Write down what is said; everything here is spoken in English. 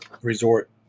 resort